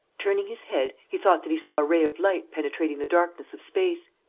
turning his head, he thought that he saw a ray of light penetrating the darkness of space.